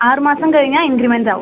ആറ് മാസം കഴിഞ്ഞാൽ ഇൻക്രിമെന്റാകും